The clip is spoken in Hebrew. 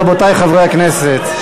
רבותי, חברי הכנסת.